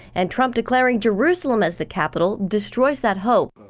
and trump declaring jerusalem as the capital destroys that help.